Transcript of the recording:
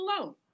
alone